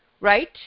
right